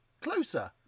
closer